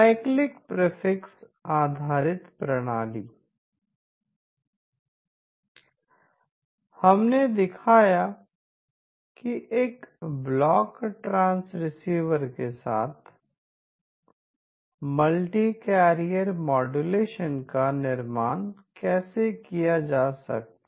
cyclic prefix आधारित प्रणाली हमने दिखाया कि एक ब्लॉक ट्रांसीवर के साथ मल्टी केरियर मॉड्यूलेशन का निर्माण कैसे किया जा सकता है